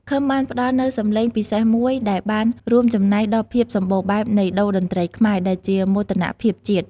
ឃឹមបានផ្តល់នូវសំឡេងពិសេសមួយដែលបានរួមចំណែកដល់ភាពសម្បូរបែបនៃតូរ្យតន្ត្រីខ្មែរ ដែលជាមោទនភាពជាតិ។